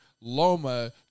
Loma